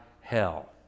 hell